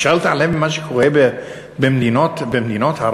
אפשר להתעלם ממה שקורה במדינות ערב?